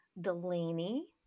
Delaney